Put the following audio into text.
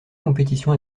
compétition